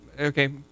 Okay